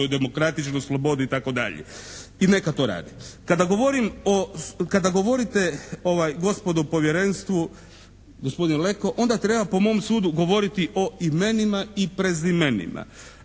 demokratičnost, slobodu itd., i neka to radi. Kada govorite gospodo u povjerenstvu, gospodin Leko onda treba po mom sudu govoriti o imenima i prezimenima